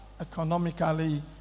economically